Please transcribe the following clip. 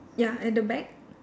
ya at the back